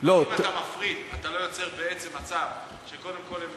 אם אתה מפריד, אתה לא יוצר בעצם מצב שקודם כול הם